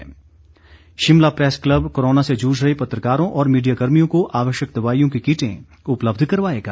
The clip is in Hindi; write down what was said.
press club Shimla press club corona से जूझ रहे पत्रकारों और मीडिया कर्मियों को आवश्यक दवाईयों की किटें उपलब्ध करवाएगा